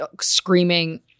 screaming